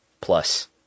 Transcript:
plus